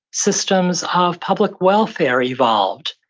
systems of public welfare evolved.